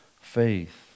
faith